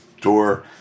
door